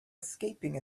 escaping